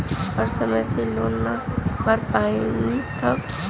हम समय से लोन ना भर पईनी तब?